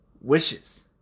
Wishes